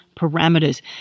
parameters